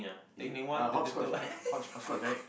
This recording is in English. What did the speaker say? is it uh hopscotch eh hop hopscotch right